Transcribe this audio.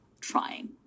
trying